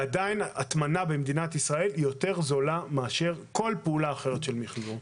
עדיין הטמנה במדינת ישראל יותר זולה מאשר כל פעולה אחרת של מחזור.